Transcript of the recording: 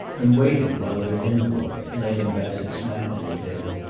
and waited while their envoy, laying bassett's map on the table,